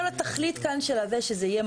הם בדרך כלל לא ניתנים